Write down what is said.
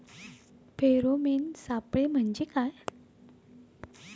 Pheromone सापळे म्हंजे काय?